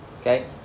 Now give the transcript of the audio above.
Okay